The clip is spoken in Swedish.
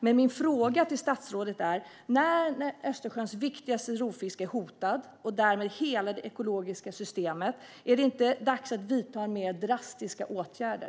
Min fråga till statsrådet är: När Östersjöns viktigaste rovfisk är hotad, och därmed hela det ekologiska systemet, är det inte dags att vidta mer drastiska åtgärder?